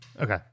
Okay